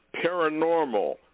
paranormal